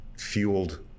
fueled